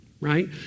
right